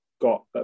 got